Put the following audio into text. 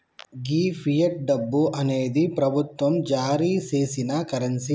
గీ fiat డబ్బు అనేది ప్రభుత్వం జారీ సేసిన కరెన్సీ